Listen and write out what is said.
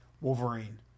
Wolverine